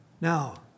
Now